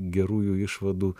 gerųjų išvadų